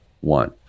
one